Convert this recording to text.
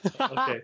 Okay